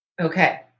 Okay